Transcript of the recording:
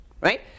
right